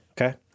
okay